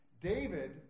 David